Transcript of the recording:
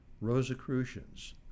Rosicrucians